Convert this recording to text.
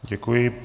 Děkuji.